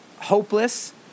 hopeless